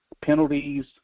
penalties